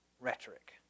Rhetoric